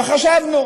וחשבנו